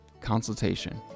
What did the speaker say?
consultation